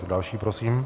Další prosím.